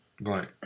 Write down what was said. Right